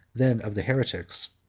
than of the heretics.